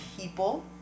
people